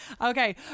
Okay